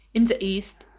in the east,